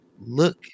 Look